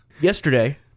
Yesterday